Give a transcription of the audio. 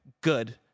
Good